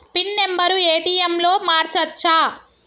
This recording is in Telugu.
పిన్ నెంబరు ఏ.టి.ఎమ్ లో మార్చచ్చా?